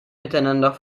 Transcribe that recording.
miteinander